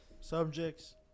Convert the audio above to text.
subjects